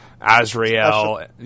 Azrael